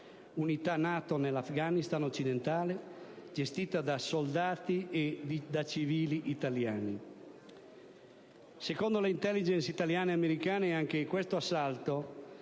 unità NATO nell'Afghanistan occidentale, gestita da soldati e da civili italiani. Secondo le *intelligence* italiane e americane, anche questo assalto,